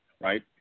right